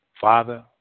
Father